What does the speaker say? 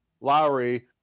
lowry